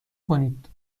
کنید